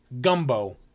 gumbo